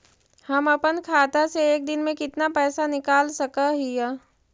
हम अपन खाता से एक दिन में कितना पैसा निकाल सक हिय?